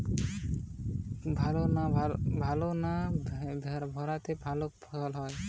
করলা চাষ মাটিতে ভালো না ভেরাতে ভালো ফলন হয়?